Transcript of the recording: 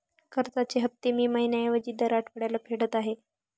कर्जाचे हफ्ते मी महिन्या ऐवजी दर आठवड्याला फेडत आहे